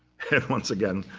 once again,